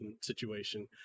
situation